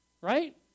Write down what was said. right